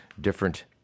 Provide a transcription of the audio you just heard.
different